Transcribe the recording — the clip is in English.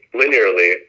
linearly